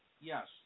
Yes